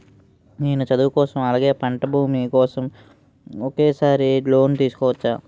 నేను చదువు కోసం అలాగే పంట భూమి కోసం ఒకేసారి లోన్ తీసుకోవచ్చా?